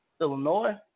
Illinois